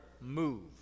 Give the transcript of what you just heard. move